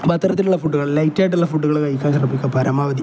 അപ്പം അത്തരത്തിലുള്ള ഫുഡുകൾ ലൈറ്റായിട്ടുള്ള ഫുഡുകൾ കഴിക്കാൻ ശ്രദ്ധിക്കുക പരമാവധി